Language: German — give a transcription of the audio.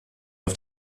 auf